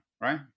right